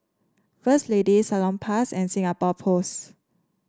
First Lady Salonpas and Singapore Post